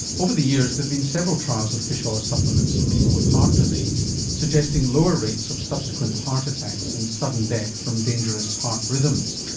over the years there have been several trials of fish oil supplements in people with heart disease suggesting lower rates of subsequent heart attacks and sudden death from dangerous heart rhythms.